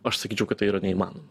aš sakyčiau kad tai yra neįmanoma